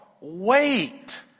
Wait